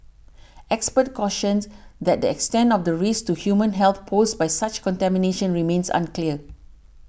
experts cautioned that the extent of the risk to human health posed by such contaminatio n remains unclear